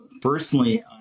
personally